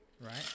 right